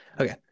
Okay